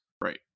Right